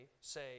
say